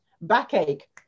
backache